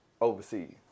overseas